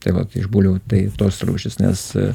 tai vat iš bulvių tai tos rūšys nes